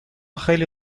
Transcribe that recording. خیلی